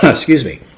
ah excuse me.